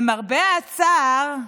למרבה הצער,